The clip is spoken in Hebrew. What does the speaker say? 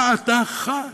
מה אתה חש?